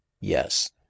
yes